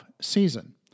season